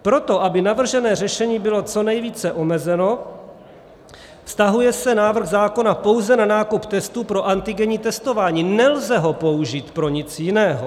Pro to, aby navržené řešení bylo co nejvíce omezeno, vztahuje se návrh zákona pouze na nákup testů pro antigenní testování, nelze ho použít pro nic jiného.